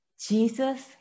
Jesus